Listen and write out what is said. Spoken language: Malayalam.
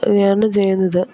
ആണ് ചെയ്യുന്നത്